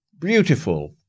beautiful